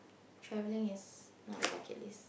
travelling is not the bucket list